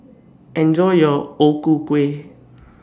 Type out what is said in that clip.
Enjoy your O Ku Kueh